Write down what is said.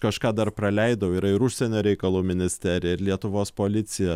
kažką dar praleidau yra ir užsienio reikalų ministerija ir lietuvos policija